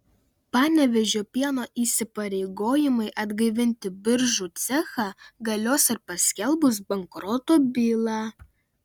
panevėžio pieno įsipareigojimai atgaivinti biržų cechą galios ir paskelbus bankroto bylą